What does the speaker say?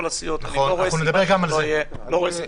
הסיעות ואני לא רואה סיבה שזה לא יהיה גם עכשיו.